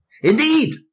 Indeed